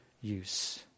use